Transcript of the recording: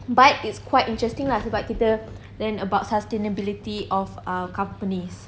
but is quite interesting lah sebab kita learn about sustainability of uh companies